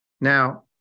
Now